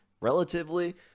relatively